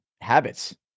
habits